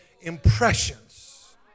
impressions